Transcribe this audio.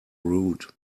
rude